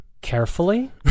Carefully